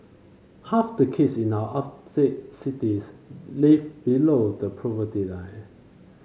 half the kids in our upstate cities live below the poverty line